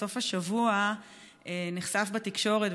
בסוף השבוע נחשף בתקשורת,